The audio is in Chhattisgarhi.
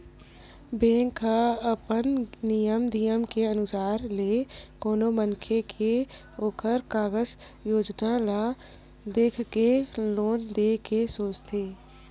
बेंक ह अपन नियम धियम के अनुसार ले कोनो मनखे के ओखर कारज योजना ल देख के लोन देय के सोचथे